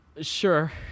sure